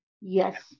Yes